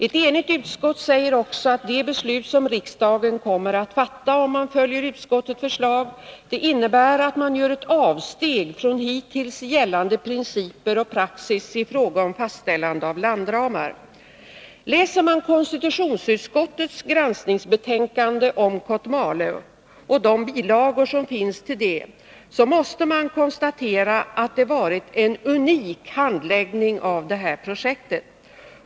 Ett enigt utskott säger också att det beslut som riksdagen kommer att fatta — om man följer utskottets förslag — innebär att man gör ett avsteg från hittills gällande principer och praxis i fråga om fastställande av landramar. Läser man konstitutionsutskottets granskningsbetänkande om Kotmale, och de bilagor som finns till det, måste man konstatera att det varit en unik handläggning av det här projektet.